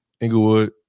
Inglewood